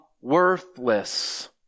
worthless